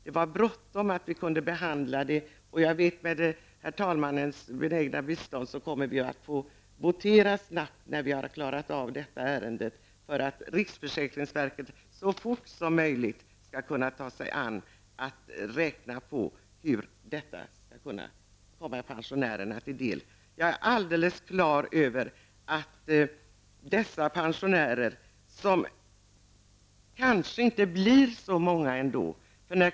Det var bråttom att behandla ärendet. Med herr talmannens benägna bistånd kommer vi att få votera snabbt nu när vi klarat av detta ärende, -- så att riksförsäkringsverket så fort som möjligt skall ta sig an och se till att detta skall komma pensionärerna till del. De pensionärer som får det sämre kanske ändå inte blir så många.